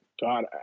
God